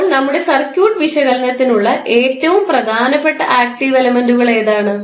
അപ്പോൾ നമ്മുടെ സർക്യൂട്ട് വിശകലനത്തിനുള്ള ഏറ്റവും പ്രധാനപ്പെട്ട ആക്ടീവ് എലമെൻറുകൾ ഏതാണ്